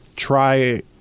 Try